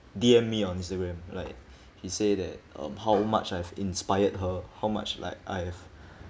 D_M me on instagram like he say that um how much I've inspired her how much like I've